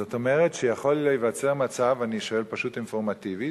זאת אומרת שיכול להיווצר מצב אני שואל פשוט אינפורמטיבית,